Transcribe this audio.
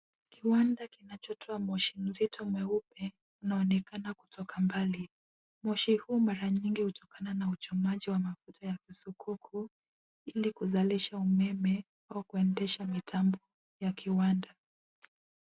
Kiwanda kinachotoa moshi mzito mweupe, unaonekana kutoka mbali. Moshi huu mara nyingi hutokana na uchomaji wa mafuta ya kisukuku, ili kuzalisha umeme kwa kuendesha mitambo ya kiwanda.